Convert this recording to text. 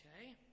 Okay